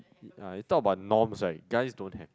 uh you talk about norms right guys don't have